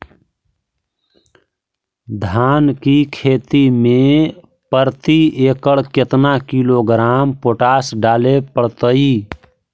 धान की खेती में प्रति एकड़ केतना किलोग्राम पोटास डाले पड़तई?